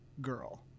Girl